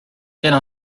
quelle